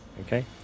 Okay